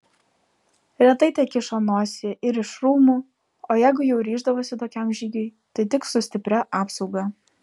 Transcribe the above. retai tekišo nosį ir iš rūmų o jeigu jau ryždavosi tokiam žygiui tai tik su stipria apsauga